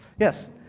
Yes